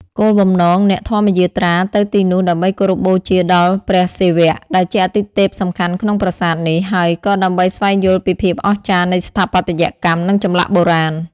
គោលបំណង អ្នកធម្មយាត្រាទៅទីនោះដើម្បីគោរពបូជាដល់ព្រះសិវៈ ដែលជាអាទិទេពសំខាន់ក្នុងប្រាសាទនេះ ហើយក៏ដើម្បីស្វែងយល់ពីភាពអស្ចារ្យនៃស្ថាបត្យកម្ម និងចម្លាក់បុរាណ។